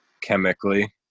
chemically